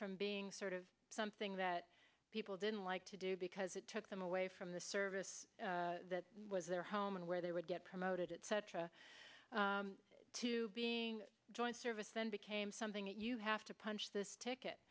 from being sort of something that people didn't like to do because it took them away from the service that was their home and where they would get promoted etc to being joint service then became something that you have to punch the ticket